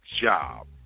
job